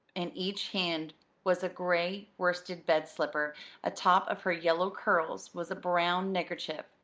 in each hand was a gray worsted bed-slipper atop of her yellow curls was a brown neckerchief,